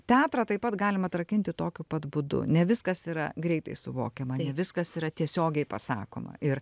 teatrą taip pat galima atrakinti tokiu pat būdu ne viskas yra greitai suvokiama viskas yra tiesiogiai pasakoma ir